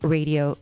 Radio